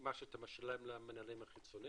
מה שאתה משלם למנהלים החיצוניים,